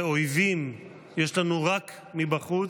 ואויבים יש לנו רק מבחוץ,